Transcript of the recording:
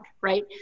right